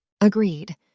Agreed